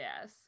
yes